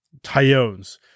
Tyones